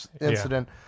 incident